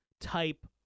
type